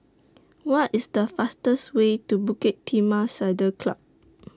What IS The fastest Way to Bukit Timah Saddle Club